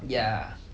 ya